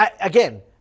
again